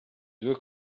due